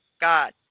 God